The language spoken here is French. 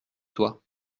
toi